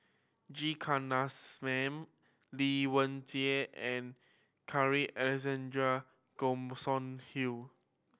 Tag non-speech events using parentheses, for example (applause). G Kandasamy Lai Weijie and Carl Alexander (unintelligible) Hill